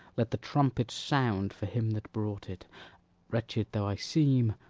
let the trumpet sound for him that brought it wretched though i seem,